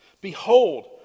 Behold